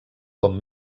com